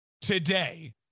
today